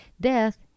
death